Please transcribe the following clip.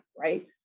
right